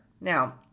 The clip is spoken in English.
Now